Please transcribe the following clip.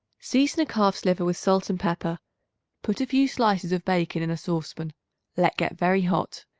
season a calf's liver with salt and pepper put a few slices of bacon in a saucepan let get very hot.